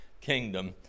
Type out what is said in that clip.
kingdom